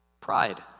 Pride